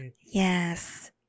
Yes